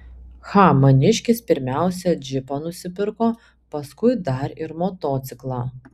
cha maniškis pirmiausia džipą nusipirko paskui dar ir motociklą